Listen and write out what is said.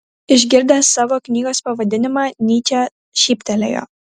išgirdęs savo knygos pavadinimą nyčė šyptelėjo